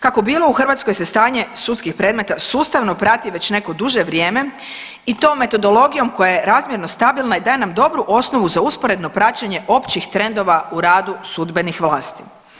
Kako bilo u Hrvatskoj se stanje sudskih predmeta sustavno prati već neko duže vrijeme i to metodologijom koja je razmjerno stabilna i daje nam dobru osnovu za usporedno praćenje općih trendova u radu sudbenih vlasti.